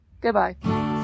Goodbye